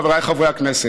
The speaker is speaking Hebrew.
חבריי חברי הכנסת,